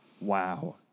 Wow